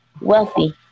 wealthy